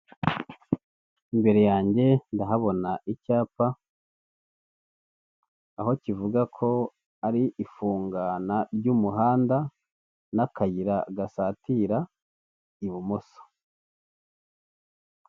Imbere yanjye ndahabona icyapa, aho kivuga ko ari ifungana ry'umuhanda n'akayira gasatira ibumoso.